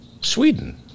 sweden